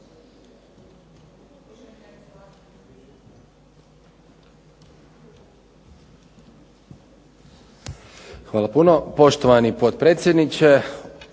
Hvala puno. Poštovani potpredsjedniče,